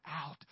out